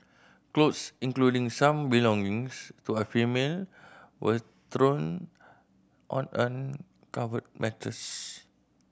clothes including some belongings to a female were strewn on uncovered matters